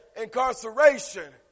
incarceration